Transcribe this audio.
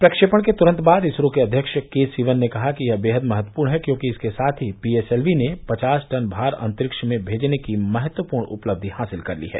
प्रक्षेपण के तुरन्त बाद इसरो के अध्यक्ष के सिवन ने कहा कि यह बेहद महत्वपूर्ण है क्योंकि इसके साथ ही पीएसएलवी ने पचास टन भार अंतरिक्ष में भेजने की महत्वपूर्ण उपलब्धि हासिल कर ली है